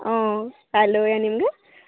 অঁ কাইলৈ আনিমগৈ